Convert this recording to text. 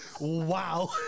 Wow